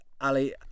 Ali